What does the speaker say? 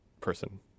person